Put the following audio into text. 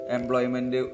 Employment